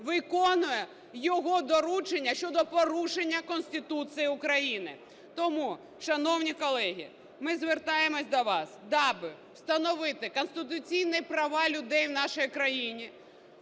виконує його доручення щодо порушення Конституції України? Тому, шановні колеги, ми звертаємося до вас. Аби встановити конституційні права людей в нашій країні,